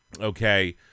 Okay